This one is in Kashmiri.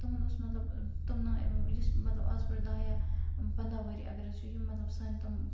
تِمَن اوس مطلب تِم نا یُس مطلب اَز برونٛہہ دَہ یا پَنداہ ؤری اگر أسۍ وُچھو یِم مطلب سانہِ تِم